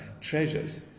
treasures